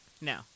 no